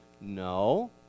No